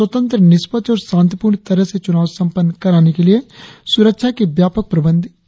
स्वतंत्र निष्पक्ष और शांतिपूर्ण तरह से चुनाव संपन्न कराने के लिए सुरक्षा के व्यापक प्रबंध किए गए है